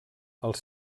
els